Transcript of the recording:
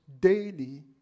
daily